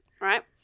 right